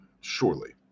surely